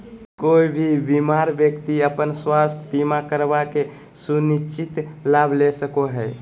कोय भी बीमार व्यक्ति अपन स्वास्थ्य बीमा करवा के सुनिश्चित लाभ ले सको हय